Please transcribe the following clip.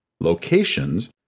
locations